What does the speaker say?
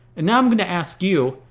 and now i'm going to ask you,